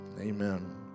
Amen